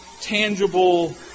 tangible